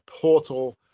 portal